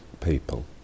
people